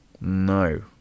No